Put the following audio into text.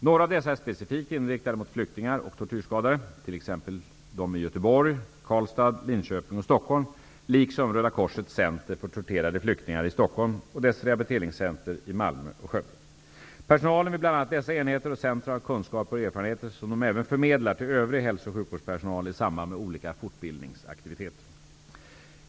Några av dessa är specifikt inriktade mot flyktingar och tortyrskadade, t.ex. de i Göteborg, Karlstad, Linköping och Stockholm, liksom Röda Korsets center för torterade flyktingar i Stockholm och dess rehabiliteringscenter i Malmö och Skövde. Personalen vid bl.a. dessa enheter och center har kunskaper och erfarenheter, som de även förmedlar till övrig hälso och sjukvårdspersonal i samband med olika fortbildningsaktiviteter.